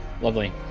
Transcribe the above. lovely